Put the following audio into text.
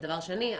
ודבר שני,